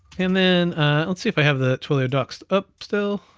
and then i'll see if i have the twilio docs up still.